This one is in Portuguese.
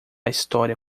história